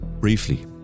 Briefly